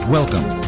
Welcome